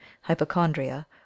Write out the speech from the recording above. hypochondria